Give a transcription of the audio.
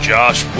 Josh